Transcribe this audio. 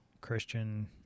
Christian